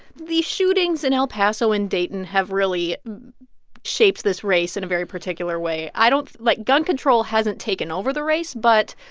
the shootings in el paso and dayton have really shaped this race in a very particular way. i don't like, gun control hasn't taken over the race but,